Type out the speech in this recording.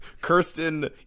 Kirsten